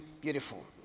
beautiful